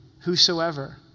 Whosoever